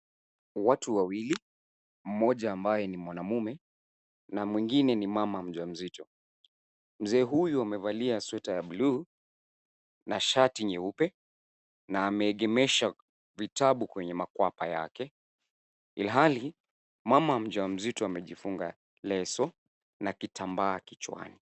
Watu wawili, mmoja ambaye ni mwanamume, na mwingine ni mama mjamzito. Mzee huyu amevalia sweta ya blue na shati nyeupe na ameegemesha vitabu kwenye makwapa yake, ilhali mama mjamzito amejifunga leso na kitambaa kichwani.